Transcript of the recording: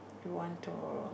don't want to